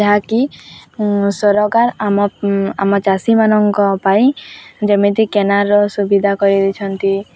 ଯାହାକି ସରକାର ଆମ ଆମ ଚାଷୀମାନଙ୍କ ପାଇଁ ଯେମିତି କେନାଲର ସୁବିଧା କରେଇ ଦେଇଛନ୍ତି